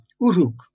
Uruk